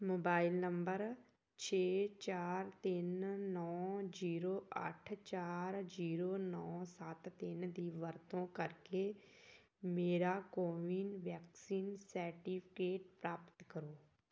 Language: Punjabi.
ਮੋਬਾਈਲ ਨੰਬਰ ਛੇ ਚਾਰ ਤਿੰਨ ਨੌਂ ਜੀਰੋ ਅੱਠ ਚਾਰ ਜੀਰੋ ਨੌਂ ਸੱਤ ਤਿੰਨ ਦੀ ਵਰਤੋਂ ਕਰਕੇ ਮੇਰਾ ਕੋਵਿਨ ਵੈਕਸੀਨ ਸਰਟੀਫਿਕੇਟ ਪ੍ਰਾਪਤ ਕਰੋ